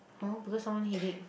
hor because someone headache